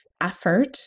effort